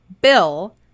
bill